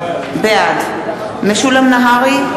בעד משולם נהרי,